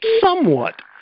somewhat